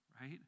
right